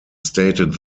stated